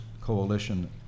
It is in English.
coalition